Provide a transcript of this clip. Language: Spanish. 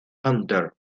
hunter